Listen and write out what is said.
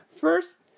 first